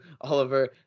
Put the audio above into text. Oliver